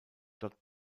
dort